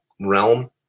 realm